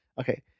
Okay